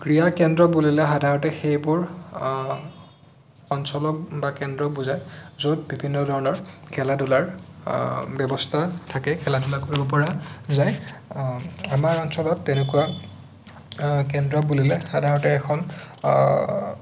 ক্ৰীড়া কেন্দ্ৰ বুলিলে সাধাৰণতে সেইবোৰ ফাংচনক বা কেন্দ্ৰক বুজায় য'ত বিভিন্ন ধৰণৰ খেলা ধূলাৰ ব্যৱস্থা থাকে খেলা ধূলা কৰিব পৰা যায় আমাৰ অঞ্চলত তেনেকুৱা কেন্দ্ৰ বুলিলে সাধাৰণতে এখন